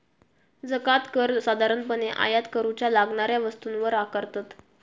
जकांत कर साधारणपणे आयात करूच्या लागणाऱ्या वस्तूंवर आकारतत